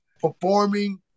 performing